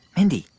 mindy,